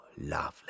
lovely